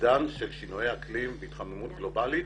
לעידן של שינויי אקלים והתחממות גלובלית.